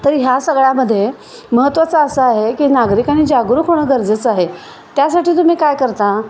तर ह्या सगळ्यामध्ये महत्त्वाचा असं आहे की नागरिकानी जागरूक होणं गरजेचं आहे त्यासाठी तुम्ही काय करता